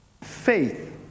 faith